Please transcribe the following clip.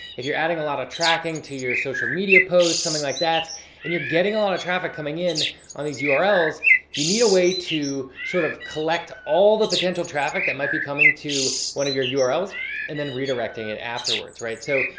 if you're adding a lot of tracking to your social media posts, something like that and you're getting a lot of traffic coming in on these urls, you need a way to sort of collect all the potential traffic that might be coming to one of your your urls and then redirecting it afterwards. right? so,